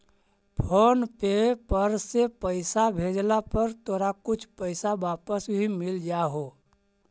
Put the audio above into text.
phone पे पर से पईसा भेजला पर तोरा कुछ पईसा वापस भी मिल जा हो